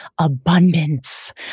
abundance